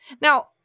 now